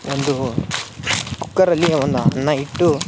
ಒಂದು ಕುಕ್ಕರಲ್ಲಿ ಒಂದು ಅನ್ನ ಇಟ್ಟು